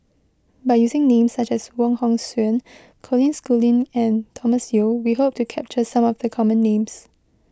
by using names such as Wong Hong Suen Colin Schooling and Thomas Yeo we hope to capture some of the common names